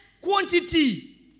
quantity